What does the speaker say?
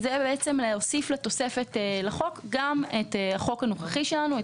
הוא להוסיף לתוספת לחוק גם את החוק הנוכחי שלנו,